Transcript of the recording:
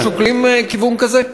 האם אתם שוקלים כיוון כזה?